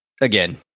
again